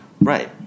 Right